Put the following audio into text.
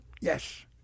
yes